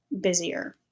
busier